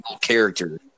character